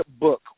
book